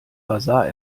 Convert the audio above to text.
basar